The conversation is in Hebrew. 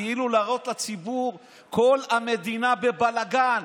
כאילו להראות לציבור שכל המדינה בבלגן,